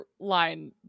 line